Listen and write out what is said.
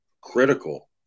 critical